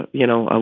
but you know, ah